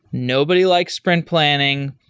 nobody like sprint planning.